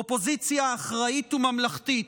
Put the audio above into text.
אופוזיציה אחראית וממלכתית,